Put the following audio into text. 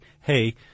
hey